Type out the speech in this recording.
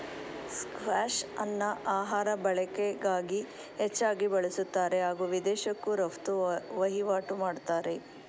ಸ್ಕ್ವಾಷ್ಅನ್ನ ಆಹಾರ ಬಳಕೆಗಾಗಿ ಹೆಚ್ಚಾಗಿ ಬಳುಸ್ತಾರೆ ಹಾಗೂ ವಿದೇಶಕ್ಕೂ ರಫ್ತು ವಹಿವಾಟು ಮಾಡ್ತಾರೆ